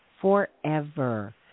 forever